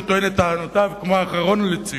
שטוען את טענותיו כמו האחרון לציון.